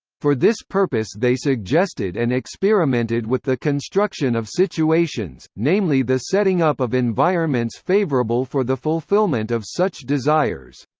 for this purpose they suggested and experimented with the construction of situations, namely the setting up of environments favorable for the fulfillment of such desires.